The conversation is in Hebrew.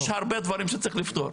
יש הרבה דברים שצריכים לפתור.